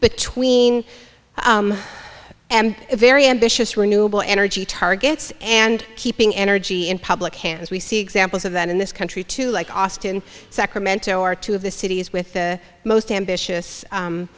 between a very ambitious renewable energy targets and keeping energy in public hands we see examples of that in this country too like austin sacramento are two of the cities with the most ambitious